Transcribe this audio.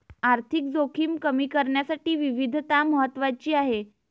आर्थिक जोखीम कमी करण्यासाठी विविधता महत्वाची आहे